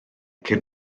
cyn